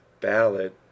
ballad